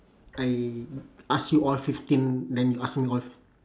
I ask you all fifteen then you ask me all